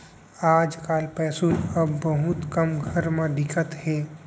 आज काल पौंसुल अब बहुते कम घर म दिखत हे